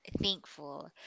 thankful